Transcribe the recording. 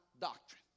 doctrine